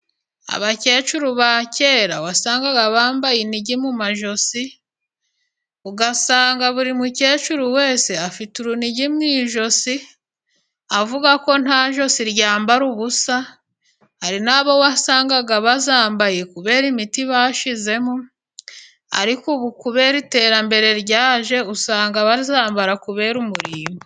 Abakecuru ba kera wasangaga bambaye inigi mu majosi, ugasanga buri mukecuru wese afite urunigi mu ijosi avuga ko nta josi ryambara ubusa, hari nabo wasangaga bazambaye kubera imiti bashyizemo, ariko ubu kubera iterambere ryaje usanga bazambara kubere umurimbo.